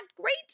great